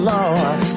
Lord